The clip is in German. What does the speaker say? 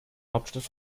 hauptstadt